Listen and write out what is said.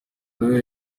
nawe